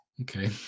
Okay